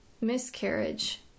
miscarriage